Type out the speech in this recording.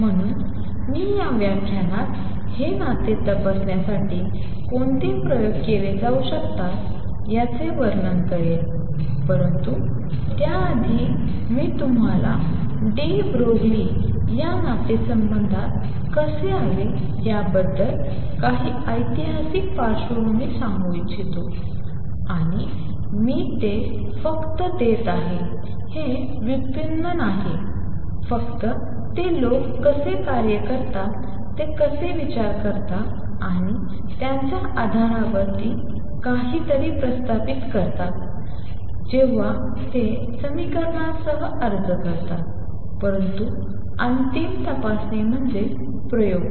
म्हणून मी या व्याख्यानात हे नाते तपासण्यासाठी कोणते प्रयोग केले जाऊ शकतात याचे वर्णन करेन परंतु त्याआधी मी तुम्हाला डी ब्रोगली या नातेसंबंधात कसे आले याबद्दल काही ऐतिहासिक पार्श्वभूमी सांगू इच्छितो आणि मी ते फक्त देत आहे हे व्युत्पन्न नाही फक्त ते लोक कसे कार्य करतात ते कसे विचार करतात आणि त्यांच्या आधारावर काहीतरी प्रस्तावित करतात जेव्हा ते समीकरणांसह अर्ज करतात परंतु अंतिम तपासणी म्हणजे प्रयोग